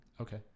Okay